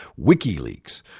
WikiLeaks